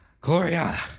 Gloriana